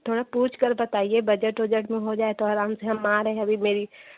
थोड़ा पूछकर बताइए बजट उजट में हो जाए तो अराम से हम आ रहे हैं अभी मेरी